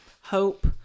hope